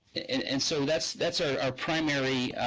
and and so that's that's our primary